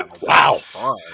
Wow